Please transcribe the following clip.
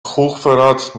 hochverrat